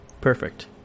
Perfect